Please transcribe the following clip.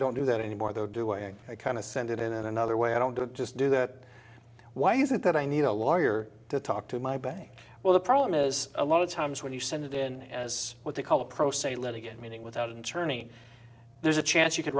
don't do that anymore though doing i kind of send it in another way i don't do it just do that why is it that i need a lawyer to talk to my bank well the problem is a lot of times when you send it in as what they call a pro se litigant meaning without an attorney there's a chance you could